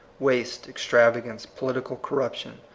waste, extravagance, political corruption,